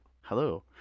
Hello